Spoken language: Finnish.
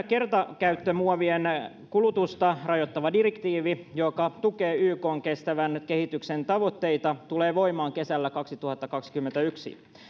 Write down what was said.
kertakäyttömuovien kulusta rajoittava direktiivi joka tukee ykn kestävän kehityksen tavoitteita tulee voimaan kesällä kaksituhattakaksikymmentäyksi